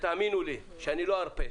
ותאמינו לי שאני לא ארפה,